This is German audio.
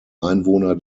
einwohner